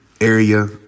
area